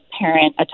parent